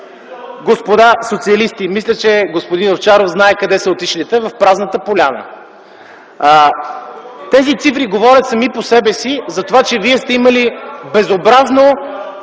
Господа социалисти, мисля, че господин Овчаров знае къде са отишли те – в празната поляна. Тези цифри говорят сами по себе си, че сте имали безобразно